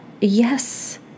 Yes